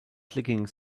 clicking